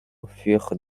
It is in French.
furent